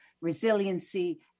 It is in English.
resiliency